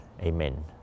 Amen